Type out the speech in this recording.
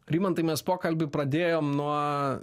rimantai mes pokalbį pradėjom nuo